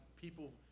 people